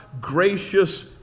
gracious